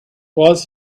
was